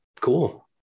cool